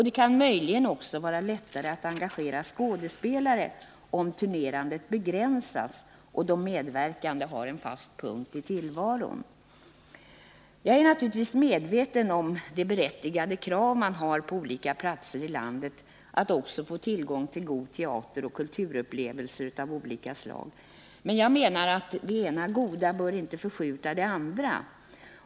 Det kan möjligen också vara lättare att engagera skådespelare om turnerandet begränsas och de medverkande har en fast punkt i tillvaron. Jag är naturligtvis medveten om det berättigade krav man har på olika platser i landet att också få tillgång till god teater och kulturupplevelser av olika slag, men jag menar att det ena goda bör inte förskjuta det andra.